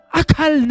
akal